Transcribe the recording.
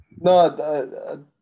no